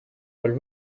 will